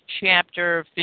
chapter